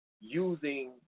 using